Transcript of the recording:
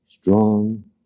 strong